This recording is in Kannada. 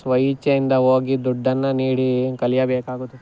ಸ್ವಯಿಚ್ಛೆಯಿಂದ ಹೋಗಿ ದುಡ್ಡನ್ನು ನೀಡಿ ಕಲಿಯಬೇಕಾಗುತ್ತೆ